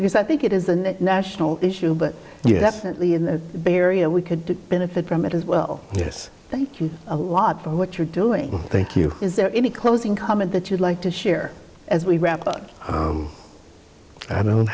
because i think it is a national issue but you definitely in the bay area we could benefit from it as well yes thank you a lot of what you're doing thank you is there any closing comment that you'd like to share as we wrap up i don't